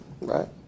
Right